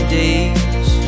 days